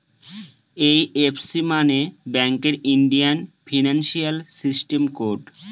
IFC মানে ব্যাঙ্কের Indian financial system code